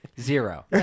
Zero